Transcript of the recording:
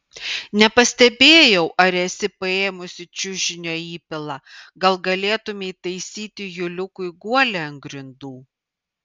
nepastebėjau ar esi paėmusi čiužinio įpilą gal galėtumei taisyti juliukui guolį ant grindų